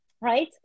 right